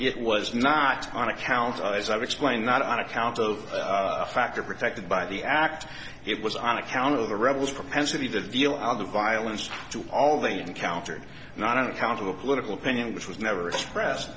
it was not on account as i've explained not on account of fact or protected by the act it was on account of the rebels propensity the deal on the violence to all they encountered not on account of a political opinion which was never express